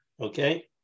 okay